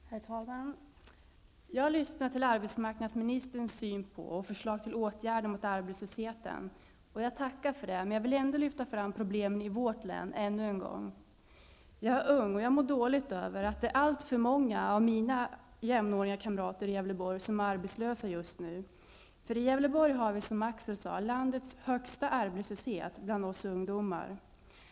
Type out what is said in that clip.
Herr talman! Jag har lyssnat till arbetsmarknadsministerns syn på och förslag till åtgärder mot arbetslösheten. Jag tackar för de synpunkterna, men jag vill ändå lyfta fram problemen i vårt län ännu en gång. Jag är ung, och jag mår dåligt av att alltför många av mina jämnåriga i Gävleborg är arbetslösa just nu. I Gävleborg har vi, som Axel Andersson sade, landets högsta arbetslöshet bland oss ungdomar.